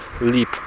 leap